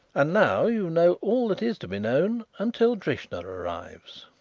and now you know all that is to be known until drishna arrives.